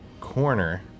corner